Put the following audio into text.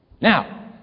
Now